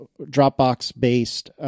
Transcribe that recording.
Dropbox-based